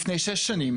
לפני 6 שנים,